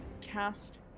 cast